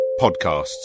podcasts